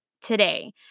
today